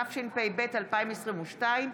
התשפ"ב,2022,